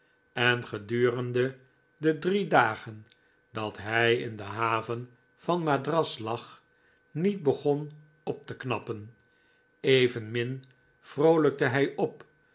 en gedurende de drie dagen dat hij in de haven van madras lag niet begon op te knappen evenmin vroolijkte hij op